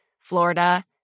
florida